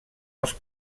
els